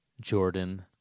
Jordan